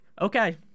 okay